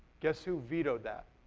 guess who vetoed that?